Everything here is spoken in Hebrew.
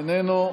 איננו,